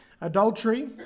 adultery